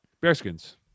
Bearskins